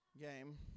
game